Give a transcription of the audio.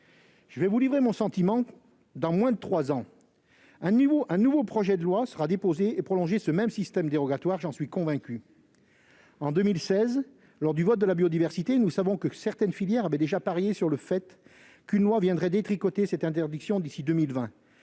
Je vais vous livrer mon sentiment : dans moins de trois ans, j'en suis convaincu, un nouveau projet de loi sera déposé et prolongera ce même système dérogatoire. En 2016, lors du vote de la loi Biodiversité, nous savons que certaines filières avaient déjà parié sur le fait qu'une loi viendrait détricoter cette interdiction d'ici à 2020,